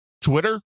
Twitter